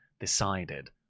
decided